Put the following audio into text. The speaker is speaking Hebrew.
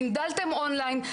סנדלתם און-ליין,